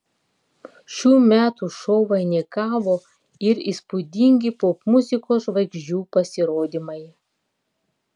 šių metų šou vainikavo ir įspūdingi popmuzikos žvaigždžių pasirodymai